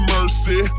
Mercy